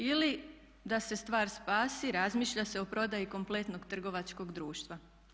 Ili da se stvar spasi razmišlja se o prodaji kompletnog trgovačkog društva.